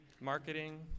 Marketing